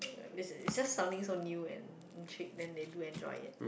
this is it's just something so new and cheat then they do enjoy it